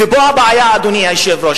ופה הבעיה, אדוני היושב-ראש.